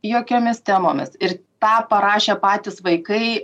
jokiomis temomis ir tą parašė patys vaikai